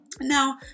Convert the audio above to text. now